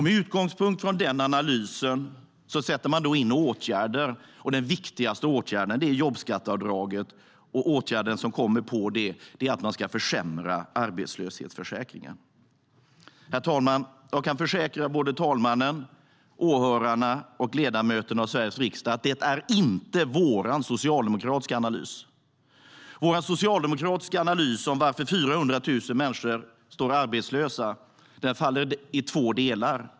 Med utgångspunkt i den analysen sätter man in åtgärder, och den viktigaste åtgärden är jobbskatteavdraget. Den åtgärd som kommer på detta är att försämra arbetslöshetsförsäkringen. Herr talman! Jag kan försäkra talmannen, åhörarna och ledamöterna av Sveriges riksdag att det inte är vår socialdemokratiska analys. Vår socialdemokratiska analys om varför 400 000 människor står arbetslösa faller i två delar.